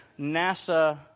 NASA